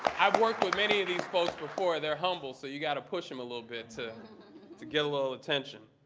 i've worked with many of these folks before. they're humble. so you got to push them a little bit to to get a little attention.